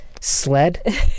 Sled